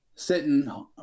sitting